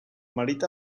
marit